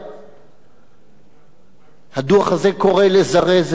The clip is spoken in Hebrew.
הדוח הזה קורא לזרז את סקר הקרקעות ביהודה ושומרון,